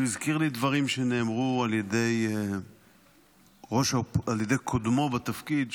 הוא הזכיר לי דברים שנאמרו על ידי קודמו בתפקיד,